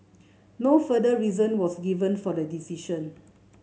no further reason was given for the decision